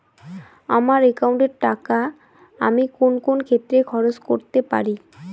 আমার একাউন্ট এর টাকা আমি কোন কোন ক্ষেত্রে খরচ করতে পারি?